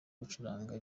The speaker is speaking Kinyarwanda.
gucuranga